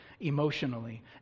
emotionally